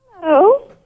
Hello